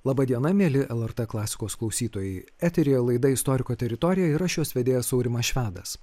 laba diena mieli lrt klasikos klausytojai eteryje laidą istoriko teritorija ir aš jos vedėjas aurimas švedas